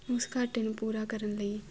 ਇਸ ਘਾਟੇ ਨੂੰ ਪੂਰਾ ਕਰਨ ਲਈ